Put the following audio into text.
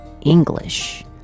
English